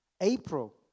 April